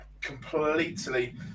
completely